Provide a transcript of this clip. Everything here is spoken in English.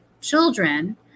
children